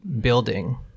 building